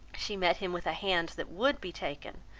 she met him with a hand that would be taken,